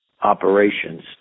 operations